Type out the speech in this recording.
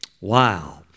Wow